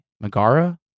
Megara